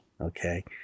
Okay